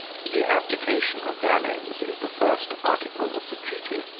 the abdication of valens is the first article of the treaty.